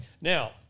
Now